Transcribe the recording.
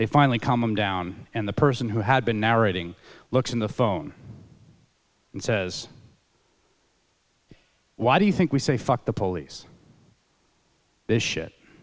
they finally calm down and the person who had been narrating looks in the phone and says why do you think we say fuck the police this shit